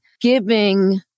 giving